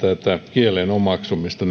kielen omaksumista